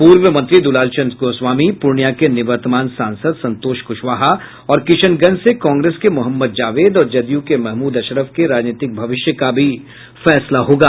पूर्व मंत्री दुलालचंद्र गोस्वामी पूर्णिया के निर्वतमान सांसद संतोष कुशवाहा और किशनगंज से कांग्रेस के मोहम्मद जावेद और जदयू के महमूद अशरफ के राजनीतिक भविष्य का भी फैसला होगा